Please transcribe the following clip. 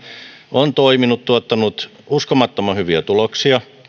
on toiminut tuottanut uskomattoman hyviä tuloksia